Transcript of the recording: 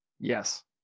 Yes